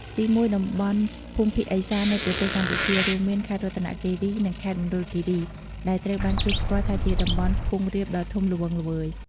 ទីមួយ តំបន់ភូមិភាគឦសាននៃប្រទេសកម្ពុជា រួមមាន ខេត្តរតនគិរី និង ខេត្តមណ្ឌលគិរី ដែលត្រូវបានគេស្គាល់ថាជាតំបន់ខ្ពង់រាបដ៏ធំល្វឹងល្វើយ។